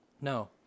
No